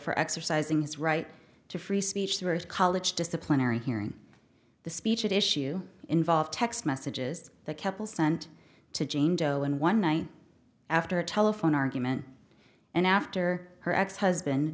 for exercising his right to free speech to his college disciplinary hearing the speech issue involved text messages the keppel sent to jane doe and one night after a telephone argument and after her ex husband